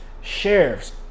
sheriffs